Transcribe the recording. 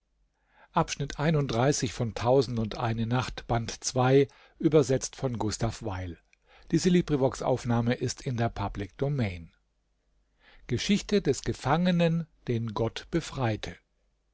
geschichte des gefangenen den gott befreite